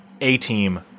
A-team